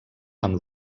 amb